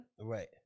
right